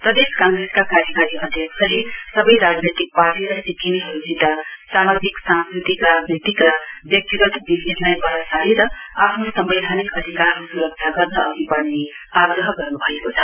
प्रदेश काँग्रेसका कार्यकारी अध्यक्षले सवै राजनैतिक पार्टी र सिक्विमहरुसित सामाजिक सांस्कृतिक र व्यक्तिगत विभेदलाई पर सारेर आफ्नो सम्वैधानिक अधिकारको सुरक्षा गर्न अधि वढ़ने आग्रह गर्नुभएको छ